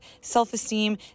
self-esteem